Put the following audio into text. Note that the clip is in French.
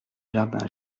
jardin